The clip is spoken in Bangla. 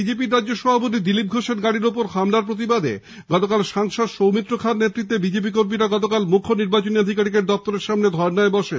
বিজেপির রাজ্য সভাপতি দিলীপ ঘোষের গাড়িতে হামলার প্রতিবাদে গতকাল সাংসদ সৌমিত্র খাঁর নেতৃত্বে বিজেপি কর্মীরা গতকাল মুখ্য নির্বাচনী আধিকারিকের দপ্তরের সামনে ধর্ণায় বসেন